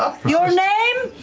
ah your name?